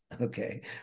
okay